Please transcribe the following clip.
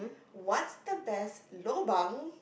what's the best lobang